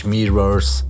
Mirrors